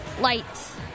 lights